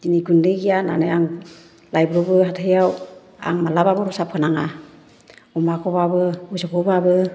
दिनै गुन्दै गैया होन्नानै आं लायब्रबो हाथायाव आं मालाबाबो रसा फोनाङा अमाखौबाबो मोसौखौबाबो